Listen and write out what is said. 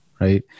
right